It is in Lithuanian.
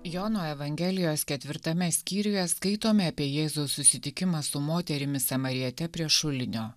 jono evangelijos ketvirtame skyriuje skaitome apie jėzaus susitikimą su moterimi samariete prie šulinio